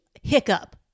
hiccup